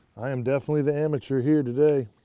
i am definitely the amateur here today.